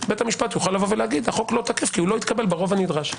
בית המשפט יוכל לומר: החוק לא תקף כי לא התקבל בחוק הנדרש.